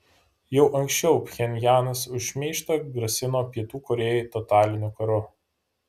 jau anksčiau pchenjanas už šmeižtą grasino pietų korėjai totaliniu karu